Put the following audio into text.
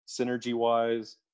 synergy-wise